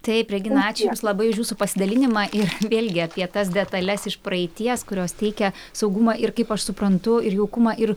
taip regina ačiū jums labai už jūsų pasidalinimą ir vėlgi apie tas detales iš praeities kurios teikia saugumą ir kaip aš suprantu ir jaukumą ir